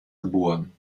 geboren